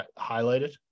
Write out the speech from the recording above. highlighted